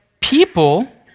people